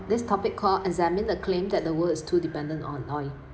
this topic called examine the claim that the world is too dependent on oil